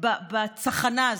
בצחנה הזאת?